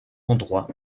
endroits